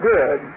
Good